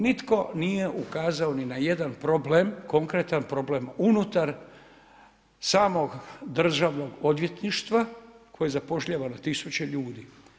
Nitko nije ukazao ni na jedan problem, konkretan problem unutar samog državnog odvjetništva koje zapošljava na tisuće ljudi.